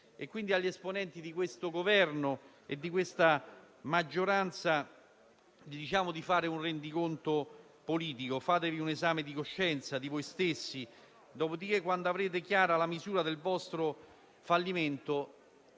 decenni. Agli esponenti di questo Governo e di questa maggioranza, quindi, diciamo di fare un rendiconto politico. Fatevi un esame di coscienza, dopodiché quando avrete chiara la misura del vostro fallimento,